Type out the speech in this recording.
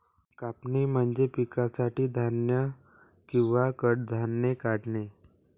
कापणी म्हणजे पिकासाठी धान्य किंवा कडधान्ये काढणे